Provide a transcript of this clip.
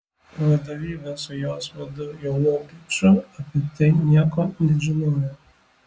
vadovybė su jos vadu jonu geču apie tai nieko nežinojo